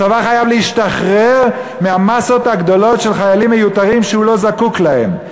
הצבא חייב להשתחרר מהמאסות הגדולות של חיילים מיותרים שהוא לא זקוק להם.